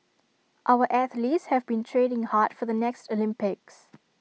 our athletes have been training hard for the next Olympics